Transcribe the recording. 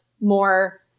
more